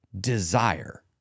desire